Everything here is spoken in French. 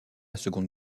seconde